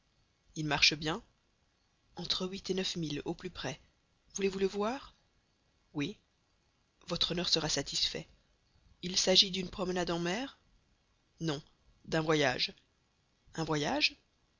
il marche bien entre huit et neuf milles au plus près voulez-vous le voir oui votre honneur sera satisfait il s'agit d'une promenade en mer non d'un voyage un voyage